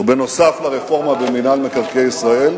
ובנוסף לרפורמה במינהל מקרקעי ישראל,